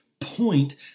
point